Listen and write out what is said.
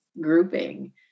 grouping